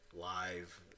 live